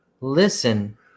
listen